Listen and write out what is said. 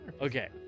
okay